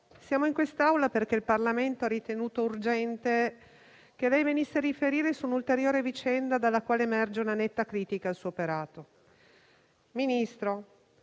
siamo in quest'Aula perché il Parlamento ha ritenuto urgente che lei venisse a riferire su un'ulteriore vicenda dalla quale emerge una netta critica al suo operato. Ministro,